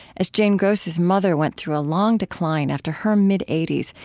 as jane gross's mother went through a long decline after her mid eighty s,